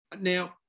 Now